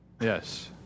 yes